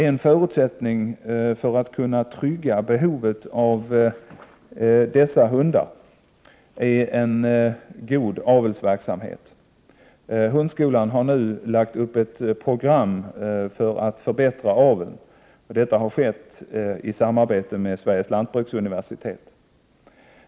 En förutsättning för att kunna trygga behovet av dessa hundar är en god avelsverksamhet. Hundskolan har nu lagt upp ett program för att förbättra aveln. Detta har skett i samarbete med Sveriges lantbruksuniversitet.